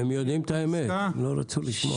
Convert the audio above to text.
הם יודעים את האמת, לא רצו לשמוע.